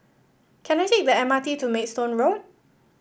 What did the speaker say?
can I take the M R T to Maidstone Road